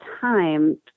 time